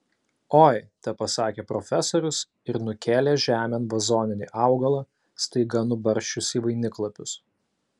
oi tepasakė profesorius ir nukėlė žemėn vazoninį augalą staiga nubarsčiusį vainiklapius